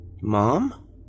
Mom